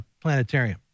planetarium